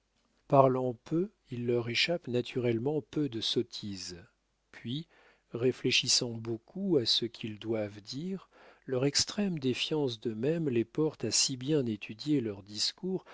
parlant peu il leur échappe naturellement peu de sottises puis réfléchissant beaucoup à ce qu'ils doivent dire leur extrême défiance d'eux-mêmes les porte à si bien étudier leurs discours